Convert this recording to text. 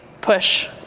push